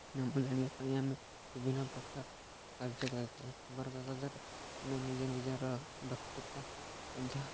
ନାମ ଜାଣିବା ପାଇଁ ଆମେ ବିଭିନ୍ନପ୍ରକାର କାର୍ଯ୍ୟ କରିଥାଉ ଖବରକାଗଜରେ ଆମେ ନିଜେ ନିଜର ବକ୍ତୃତା ମଧ୍ୟ